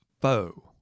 foe